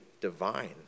divine